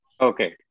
Okay